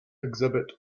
exhibit